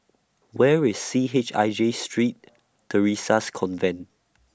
Where IS C H I J Street Theresa's Convent